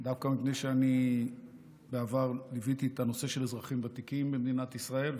דווקא מפני שבעבר אני ליוויתי את הנושא של אזרחים ותיקים במדינת ישראל,